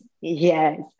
yes